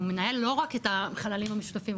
הוא מנהל לא רק את החללים המשותפים,